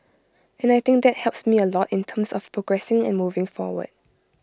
and I think that helps me A lot in terms of progressing and moving forward